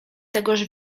tegoż